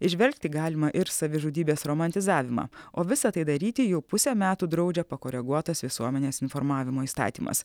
įžvelgti galima ir savižudybės romantizavimą o visa tai daryti jau pusę metų draudžia pakoreguotas visuomenės informavimo įstatymas